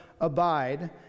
abide